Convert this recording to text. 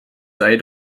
sei